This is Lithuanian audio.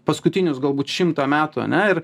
paskutinius galbūt šimtą metų ane ir